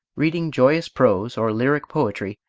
reading joyous prose, or lyric poetry,